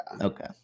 Okay